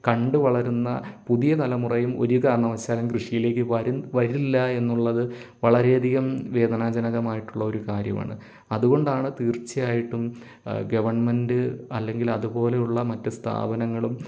കണ്ടു വളരുന്ന പുതിയ തലമുറയും ഒരു കാരണവശാലും കൃഷിയിലേക്ക് വരും വരില്ല എന്നുള്ളത് വളരെയധികം വേദനാജനകമായിട്ടുള്ള ഒരു കാര്യമാണ് അതുകൊണ്ടാണ് തീർച്ചയായിട്ടും ഗവൺമെന്റ് അല്ലെങ്കിൽ അതുപോലെയുള്ള മറ്റ് സ്ഥാപനങ്ങളും